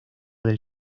del